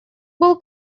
был